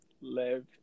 live